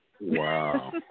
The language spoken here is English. Wow